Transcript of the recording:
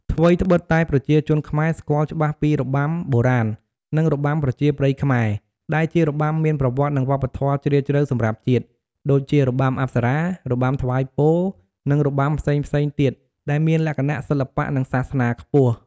ថ្វីត្បិតតែប្រជាជនខ្មែរស្គាល់ច្បាស់ពី របាំបុរាណ និង របាំប្រជាប្រិយខ្មែរ ដែលជារបាំមានប្រវត្តិ និងវប្បធម៌ជ្រាលជ្រៅសម្រាប់ជាតិ ដូចជា របាំអប្សរា របាំថ្វាយពរ និងរបាំផ្សេងៗទៀតដែលមានលក្ខណៈសិល្បៈ និងសាសនាខ្ពស់។